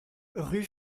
rue